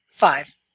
five